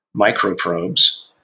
microprobes